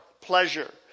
pleasure